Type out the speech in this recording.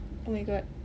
oh my god